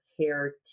care